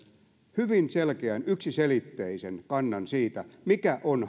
hyvin selkeän yksiselitteisen kannan siitä mikä on